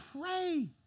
pray